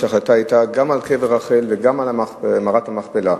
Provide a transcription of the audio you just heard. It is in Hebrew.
ההחלטה היתה גם על קבר רחל וגם על מערת המכפלה.